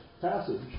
passage